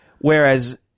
Whereas –